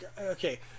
okay